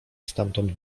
stamtąd